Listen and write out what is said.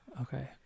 Okay